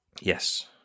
Yes